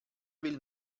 will